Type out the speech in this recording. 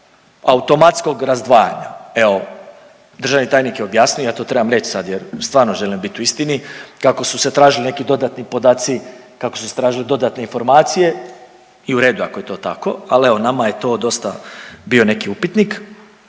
automatskog razdvajanja. Evo, državni tajnik je objasnio ja to trebam reći sad jer stvarno želim biti u istini kako su se traži neki dodatni podaci, kako su se tražile dodatne informacije i u redu je ako je to ako, ali evo nama je to dosta bio neki upitnik.